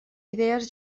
idees